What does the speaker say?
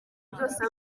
byose